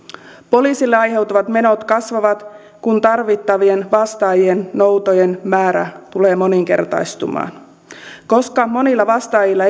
poliisille aiheutuvat menot kasvavat kun tarvittavien vastaajien noutojen määrä tulee moninkertaistumaan koska monilla vastaajilla